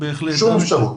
שום אפשרות.